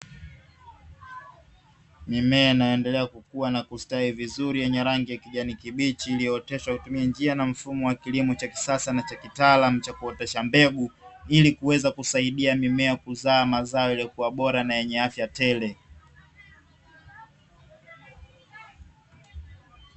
Mimea inayoendelea kukuwa na kustawi vizuri yenye rangi ya kijani kibichi, iliyooteshwa kwa kutumia njia na mfumo wa kilimo cha kisasa na kitaalamu cha kuotesha mbegu, ili kuweza kusaidia mimea kuzaa mazao yaliyokuwa bora na yenye afya tele.